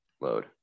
Load